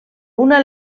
una